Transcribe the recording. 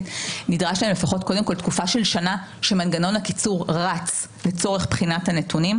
נדרשת להם קודם כל תקופה של שנה שמנגנון הקיצור רץ לצורך בחינת הנתונים.